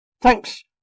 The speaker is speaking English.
Thanks